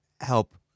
help